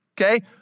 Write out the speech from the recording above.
okay